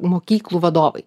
mokyklų vadovai